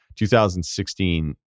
2016